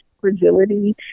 Fragility